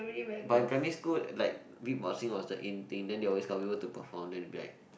but in primary school like Beatboxing was the in thing then they always got people to perform then it'll be like